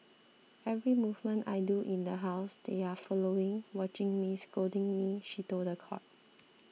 every movement I do in the house they are following watching me scolding me she told the court